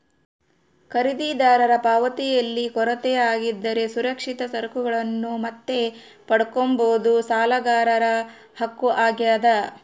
ಖರೀದಿದಾರರ ಪಾವತಿಯಲ್ಲಿ ಕೊರತೆ ಆಗಿದ್ದರೆ ಸುರಕ್ಷಿತ ಸರಕುಗಳನ್ನು ಮತ್ತೆ ಪಡ್ಕಂಬದು ಸಾಲಗಾರರ ಹಕ್ಕು ಆಗ್ಯಾದ